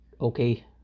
Okay